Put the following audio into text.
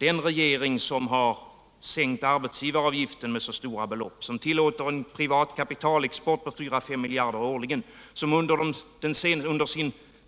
Den regering som har sänkt arbetsgivaravgiften med stora belopp, som tillåter en privat kapitalexport på 4-5 miljarder årligen, som under